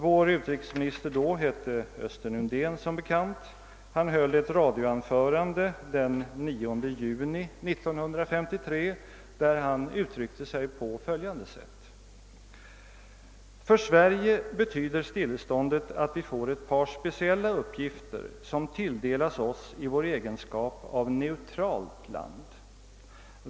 Vår utrikesminister då hette som bekant Östen Undén. Han höll den 9 juni 1953 ett radioanförande, där han uttryckte sig på följande sätt: »För Sverige betyder stilleståndet att vi får ett par speciella uppgifter, som tilldelas oss i vår egenskap av neutralt land.